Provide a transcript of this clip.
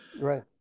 right